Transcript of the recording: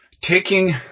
taking